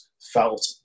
felt